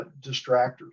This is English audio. distractors